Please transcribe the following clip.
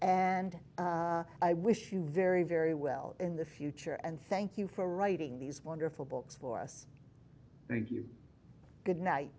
and i wish you very very well in the future and thank you for writing these wonderful books for us good night